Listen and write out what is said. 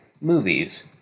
movies